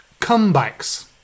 comebacks